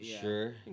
sure